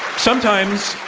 sometimes,